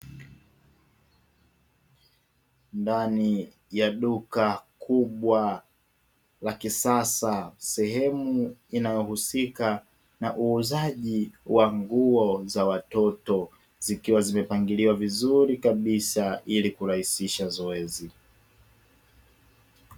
Ndani ya duka kubwa la kisasa sehemu inayohusika na uuzaji wa nguo za watoto, zikiwa zimapangiliwa vizuri kabisa ili kurahisisha zoezi.